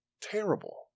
terrible